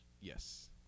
Yes